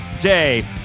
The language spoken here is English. day